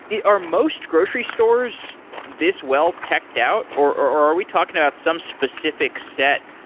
yeah are most grocery stores this well teched out, or are we talking about some specific set?